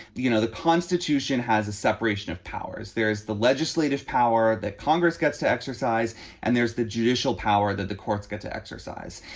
you know, the constitution has a separation of powers. there is the legislative power that congress gets to exercise and there's the judicial power that the courts get to exercise.